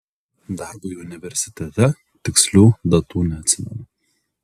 darbui universitete tikslių datų neatsimenu